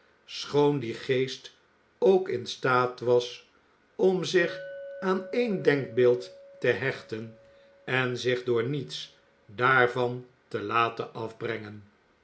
schoon die geest ook in staat was om zich aan één denkbeeld te hechten en zich door niets daarvan te laten afbrengen